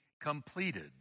completed